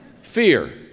Fear